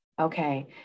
Okay